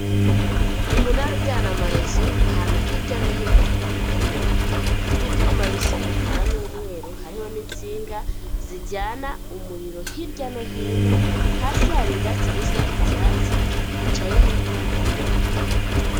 Umunara ujyana amarezo ahantu hirya no hino hatandukanye, ufite ibyuma bisa umukara n'umweru hariho n'insinga zijyana umuriro hirya no hino, hasi hari ibyatsi bisa icyatsi, hicayeho n'abantu batandukanye.